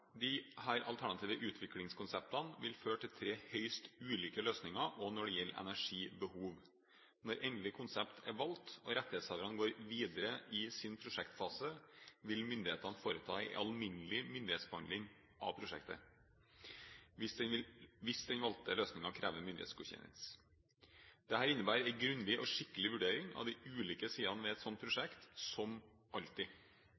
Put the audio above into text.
alternative utviklingskonseptene vil føre til tre høyst ulike løsninger også når det gjelder energibehov. Når endelig konsept er valgt og rettighetshaverne går videre i sin prosjektfase, vil myndighetene foreta en alminnelig myndighetsbehandling av prosjektet hvis den valgte løsningen krever myndighetsgodkjennelse. Dette innebærer en grundig og skikkelig vurdering av de ulike sidene ved et slikt prosjekt, som alltid.